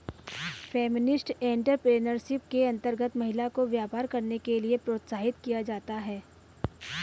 feminist entrepreneurship के अंतर्गत महिला को व्यापार करने के लिए प्रोत्साहित किया जाता है